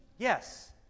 Yes